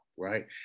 Right